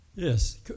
Yes